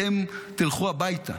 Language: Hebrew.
אתם תלכו הביתה,